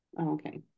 Okay